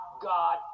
god